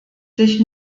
sich